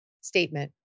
statement